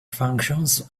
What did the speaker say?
functions